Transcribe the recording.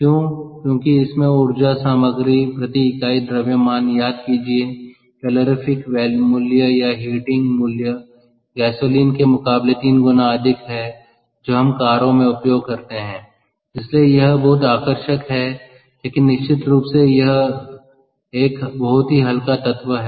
क्यों क्योंकि इसकी ऊर्जा सामग्री प्रति इकाई द्रव्यमान याद कीजिए कैलोरीफिक मूल्य या हीटिंग मूल्य गैसोलीन के मुकाबले तीन गुना अधिक है जो हम कारों में उपयोग करते हैं इसलिए यह बहुत आकर्षक है लेकिन निश्चित रूप से यह एक बहुत ही हल्का तत्व है